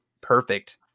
perfect